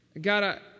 God